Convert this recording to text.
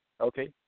okay